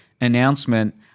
announcement